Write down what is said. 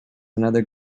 another